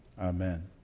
Amen